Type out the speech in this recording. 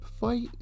fight